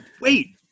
Wait